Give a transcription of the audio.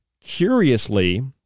Curiously